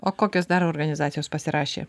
o kokios dar organizacijos pasirašė